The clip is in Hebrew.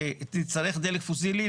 נצטרך דלק פוסילי,